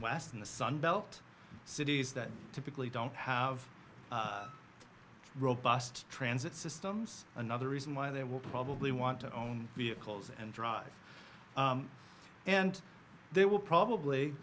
west in the sun belt cities that typically don't have robust transit systems another reason why they will probably want to own vehicles and drive and they will probably